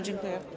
Dziękuję.